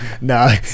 No